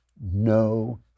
no